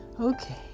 Okay